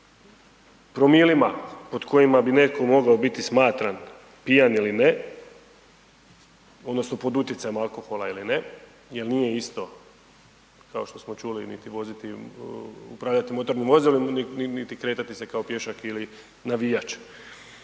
promilima pod kojima bi netko mogao biti smatran pijan ili ne, odnosno pod utjecajem alkohola ili ne jer nije isto, kao što smo čuli, niti voziti, upravljati motornim vozilom niti kretati se kao pješak ili navijač.